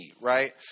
right